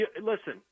listen